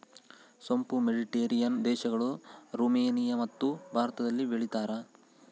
ಸೋಂಪು ಮೆಡಿಟೇರಿಯನ್ ದೇಶಗಳು, ರುಮೇನಿಯಮತ್ತು ಭಾರತದಲ್ಲಿ ಬೆಳೀತಾರ